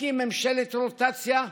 להקים ממשלת רוטציה שוויונית,